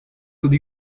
could